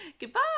Goodbye